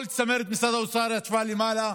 כל צמרת משרד האוצר ישבה למעלה,